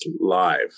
live